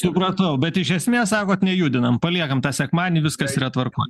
supratau bet iš esmės sakot nejudinam paliekam tą sekmadienį viskas yra tvarkoj